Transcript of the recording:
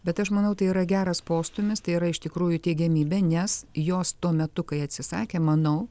bet aš manau tai yra geras postūmis tai yra iš tikrųjų teigiamybė nes jos tuo metu kai atsisakė manau